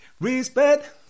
Respect